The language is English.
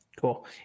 cool